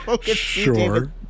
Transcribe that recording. Sure